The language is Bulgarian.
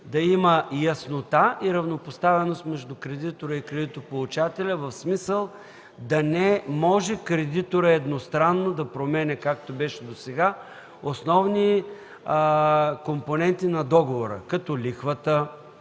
да има яснота и равнопоставеност между кредитора и кредитополучателя, в смисъл да не може кредиторът едностранно да променя, както беше досега, основни компоненти на договора като лихвата,